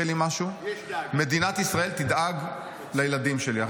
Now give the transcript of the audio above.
לי משהו מדינת ישראל תדאג לילדים שלי.